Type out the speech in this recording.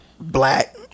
black